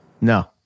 No